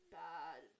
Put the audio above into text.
bad